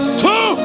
two